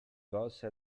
volse